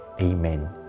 Amen